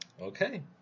Okay